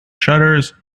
shutters